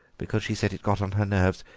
because she said it got on her nerves.